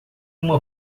uma